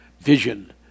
vision